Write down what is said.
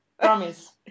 Promise